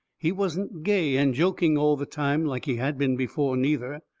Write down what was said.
he wasn't gay and joking all the time like he had been before, neither.